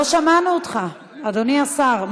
לא שמענו אותך, אדוני השר.